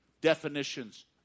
definitions